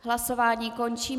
Hlasování končím.